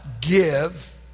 give